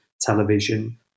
television